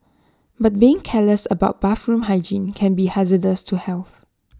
but being careless about bathroom hygiene can be hazardous to health